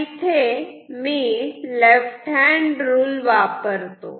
इथे मी left hand rule वापरतो